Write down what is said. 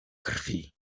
krwi